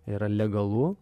yra legalu